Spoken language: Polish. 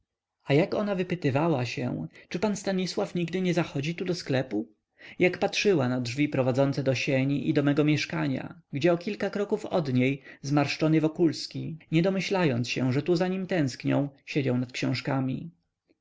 a jak ona wypytywała się czy pan stanisław nigdy nie zachodzi tu do sklepu jak patrzyła na drzwi prowadzące do sieni i do mego mieszkania gdzie o kilka kroków od niej zmarszczony wokulski nie domyślając się że tu tęsknią za nim siedział nad książkami